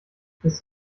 ist